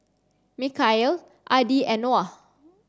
Mikhail Adi and Noah